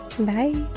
bye